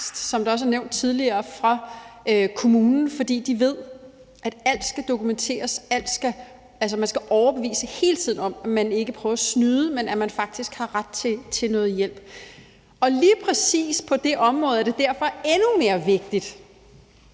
simpelt hen en angst for kommunen, fordi de ved, at alt skal dokumenteres, og at man hele tiden skal overbevise nogen om, at man ikke prøver at snyde, men at man faktisk har ret til noget hjælp. Derfor er det lige præcis på det område endnu mere vigtigt,